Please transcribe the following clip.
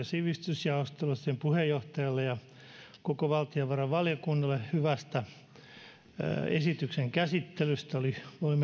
sivistysjaostolle sen puheenjohtajalle ja koko valtiovarainvaliokunnalle hyvästä esityksen käsittelystä meillä oli